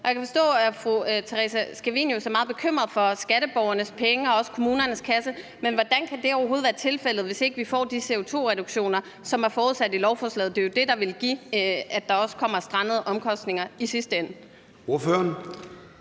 Jeg kan forstå, at fru Theresa Scavenius er meget bekymret for skatteborgernes penge og også kommunernes kasser, men hvordan kan det overhovedet være tilfældet, hvis ikke vi får de CO2-reduktioner, som er forudsat i lovforslaget? Det er jo det, der vil gøre, at der også kommer strandede omkostninger i sidste ende.